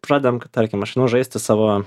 pradedam tarkim aš einu žaisti savo